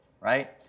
right